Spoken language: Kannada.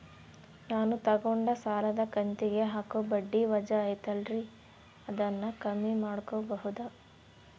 ನಾನು ತಗೊಂಡ ಸಾಲದ ಕಂತಿಗೆ ಹಾಕೋ ಬಡ್ಡಿ ವಜಾ ಐತಲ್ರಿ ಅದನ್ನ ಕಮ್ಮಿ ಮಾಡಕೋಬಹುದಾ?